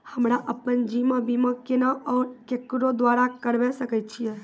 हमरा आपन जीवन बीमा केना और केकरो द्वारा करबै सकै छिये?